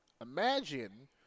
imagine